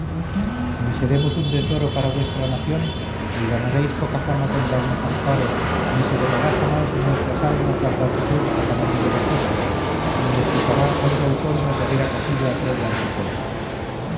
ni seremos un desdoro para vuestra nación ni ganaréis poca fama con darnos amparo ni se borrará jamás de nuestras almas la gratitud a tamaño beneficio ni les pesará a los ausonios de haber acogido a troya en su seno